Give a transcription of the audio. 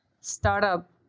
startup